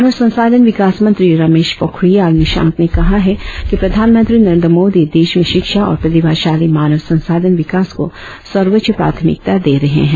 मानव संसाधन विकास मंत्री रमेश पोखरियाल निशंक ने कहा है कि प्रधानमंत्री नरेंद्र मोदी देश में शिक्षा और प्रतिभाशाली मानव संसाधन विकास को सर्वोच्च प्राथमिक दे रहे है